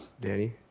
Danny